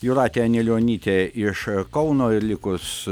jūratė anilionytė iš kauno ir likus